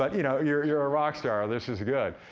but you know, you're you're a rockstar this is good.